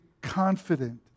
confident